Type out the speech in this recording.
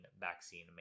vaccine